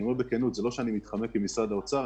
זה לא שאני מתחמק כמשרד אוצר.